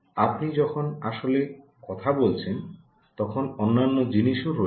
আপনি যখন আসলে কথা বলছেন তখন অন্যান্য জিনিসও রয়েছে